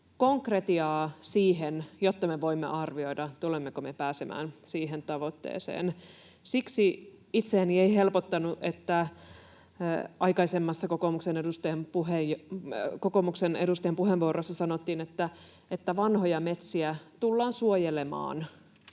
jotta me voimme arvioida, tulemmeko me pääsemään siihen tavoitteeseen. Siksi itseäni ei helpottanut, että aikaisemmassa kokoomuksen edustajan puheenvuorossa sanottiin, että vanhoja metsiä tullaan suojelemaan